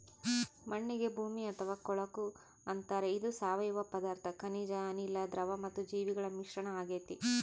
ಮಣ್ಣಿಗೆ ಭೂಮಿ ಅಥವಾ ಕೊಳಕು ಅಂತಾರೆ ಇದು ಸಾವಯವ ಪದಾರ್ಥ ಖನಿಜ ಅನಿಲ, ದ್ರವ ಮತ್ತು ಜೀವಿಗಳ ಮಿಶ್ರಣ ಆಗೆತೆ